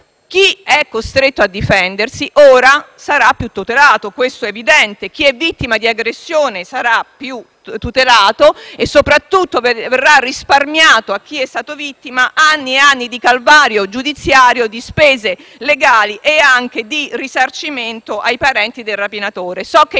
chi è costretto a difendersi ora sarà più tutelato (questo è evidente), chi è vittima di un'aggressione sarà più tutelato e soprattutto verranno risparmiati alle vittime anni e anni di calvario giudiziario, di spese legali e di spese di risarcimento ai parenti del rapinatore.